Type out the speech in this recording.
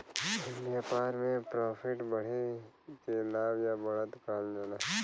व्यापार में प्रॉफिट बढ़े के लाभ या बढ़त कहल जाला